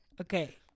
Okay